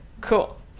Cool